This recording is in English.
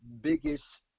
biggest